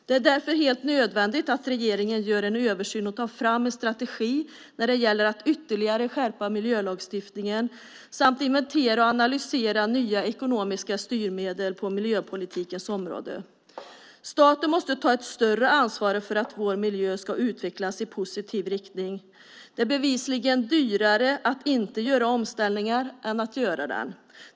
Det är därför helt nödvändigt att regeringen gör en översyn och tar fram en strategi för att ytterligare skärpa miljölagstiftningen samt inventerar och analyserar nya ekonomiska styrmedel på miljöpolitikens område. Staten måste ta ett större ansvar för att vår miljö ska utvecklas i positiv riktning. Det är bevisligen dyrare att inte göra omställningar än att göra dem.